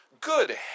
Good